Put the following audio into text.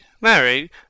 Mary